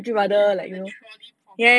you have like the trolley problem